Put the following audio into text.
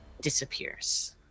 disappears